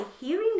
hearing